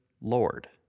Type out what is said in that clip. Lord